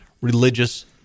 religious